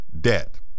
debt